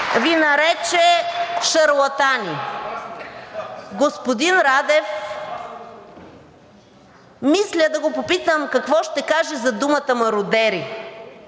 Ви нарече шарлатани. Господин Радев мисля да го попитам какво ще каже за думата мародери?